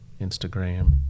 Instagram